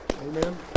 Amen